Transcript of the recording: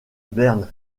berne